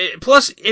Plus